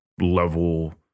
level